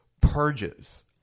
purges